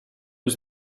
was